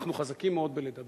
אנחנו חזקים מאוד בלדבר,